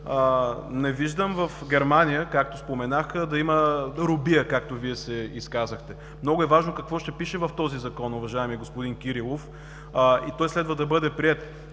Не виждам в Германия, както споменах, да има робия, както Вие се изказахте. Много е важно какво ще пише в този Закон, уважаеми господин Кирилов, и той следва да бъде приет.